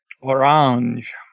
Orange